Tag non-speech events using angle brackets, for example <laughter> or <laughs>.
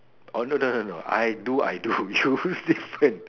oh no no no I do I do you different <laughs>